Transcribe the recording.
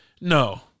No